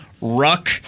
Ruck